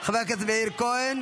חבר הכנסת מאיר כהן